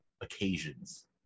Occasions